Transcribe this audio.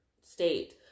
State